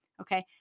okay